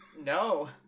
No